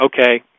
okay